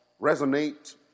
resonate